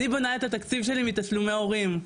אני בונה את התקציב שלי מתשלומי הורים,